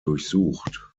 durchsucht